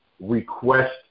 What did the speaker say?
request